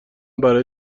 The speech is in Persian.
برای